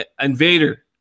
Invader